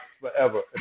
forever